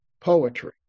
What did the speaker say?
poetry